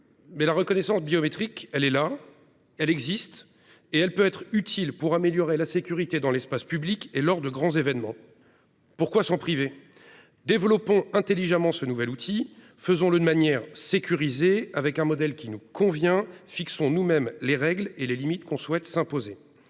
La reconnaissance biométrique est là, elle existe ; elle peut être utile pour améliorer la sécurité dans l'espace public et lors de grands événements. Dès lors, pourquoi s'en priver ? Développons intelligemment ce nouvel outil, faisons-le de manière sécurisée, avec un modèle qui nous convient. Fixons nous-mêmes les règles et les limites que nous souhaitons nous imposer.